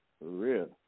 real